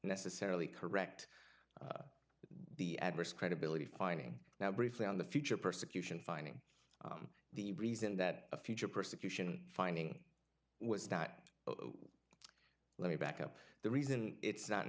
necessarily correct the adverse credibility finding now briefly on the future persecution finding the reason that a future persecution finding was that let me back up the reason it's not